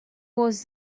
was